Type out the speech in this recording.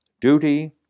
duty